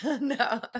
No